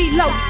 low